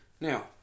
Now